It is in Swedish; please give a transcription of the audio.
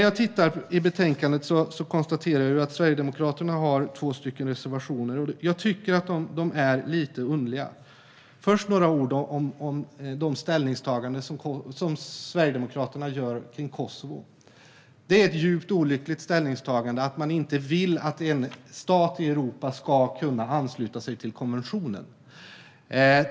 Jag konstaterar att Sverigedemokraterna har två reservationer i betänkandet, och jag tycker att de är lite underliga. Jag vill först säga några ord om det ställningstagande Sverigedemokraterna gör när det gäller Kosovo. Det är ett djupt olyckligt ställningstagande att man inte vill att en stat i Europa ska kunna ansluta sig till konventionen.